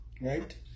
Right